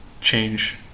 change